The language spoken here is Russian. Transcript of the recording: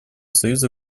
союза